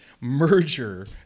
merger